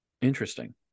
Interesting